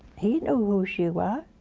he knew who she was